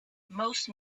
most